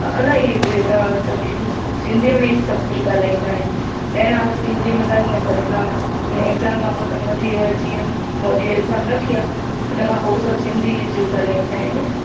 अलाइ अहिड़ा सभु यूस सिंधीअ में ई सभु कुझु ॻाल्हाईंदा आहिनि पहिरियां त हिंदीअ में ॻाल्हाईंदा हुआ पर न हिन एग्ज़ाम खां पोइ त मोदीअ जीअं मोदीअ एग्ज़ाम रखी आहे इन खां पोइ सिंधी जि ॻाल्हाईंदा आहिनि